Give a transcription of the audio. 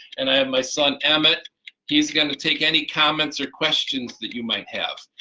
and i have my son emmett he's going to take any comments or questions that you might have.